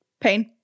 pain